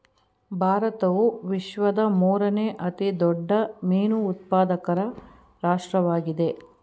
ಭಾರತವು ವಿಶ್ವದ ಮೂರನೇ ಅತಿ ದೊಡ್ಡ ಮೀನು ಉತ್ಪಾದಕ ರಾಷ್ಟ್ರವಾಗಿದೆ